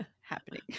happening